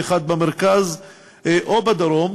אחת במרכז או בדרום,